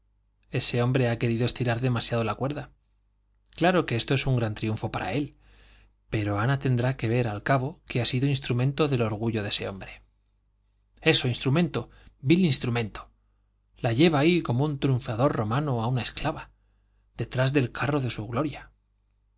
ese hombre ha querido estirar demasiado la cuerda claro que esto es un gran triunfo para él pero ana tendrá que ver al cabo que ha sido instrumento del orgullo de ese hombre eso instrumento vil instrumento la lleva ahí como un triunfador romano a una esclava detrás del carro de su gloria